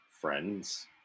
Friends